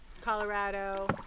Colorado